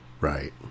Right